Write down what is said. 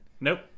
Nope